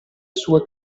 sue